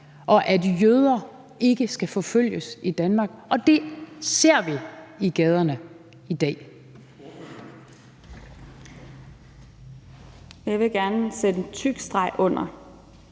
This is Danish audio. og at jøder ikke skal forfølges i Danmark, og det ser vi ske i gaderne i dag.